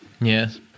Yes